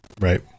right